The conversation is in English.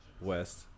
West